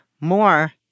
more